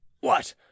What